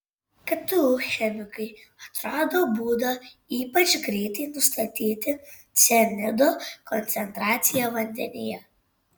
ktu chemikai atrado būdą ypač greitai nustatyti cianido koncentraciją vandenyje